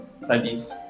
studies